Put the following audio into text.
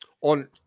On